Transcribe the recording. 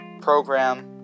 program